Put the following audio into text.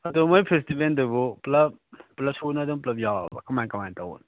ꯑꯗꯣ ꯃꯣꯏ ꯐꯦꯁꯇꯤꯕꯦꯜꯗꯨꯕꯨ ꯄꯨꯂꯞ ꯄꯨꯂꯞ ꯁꯨꯅ ꯑꯗꯨꯝ ꯄꯨꯂꯞ ꯌꯥꯎꯔꯕꯣ ꯀꯃꯥꯏ ꯀꯃꯥꯏꯅ ꯇꯧꯕꯅꯣ